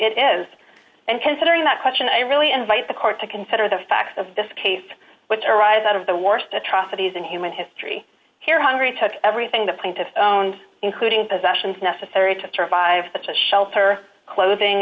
it is and considering that question i really invite the court to consider the facts of this case which arise out of the worst atrocities in human history here hungary took everything the plaintiff owned including possessions necessary to survive such as shelter clothing